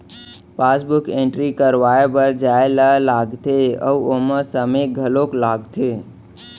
passbook entry करवाए बर जाए ल लागथे अउ ओमा समे घलौक लागथे